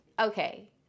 Okay